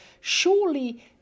Surely